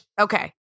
Okay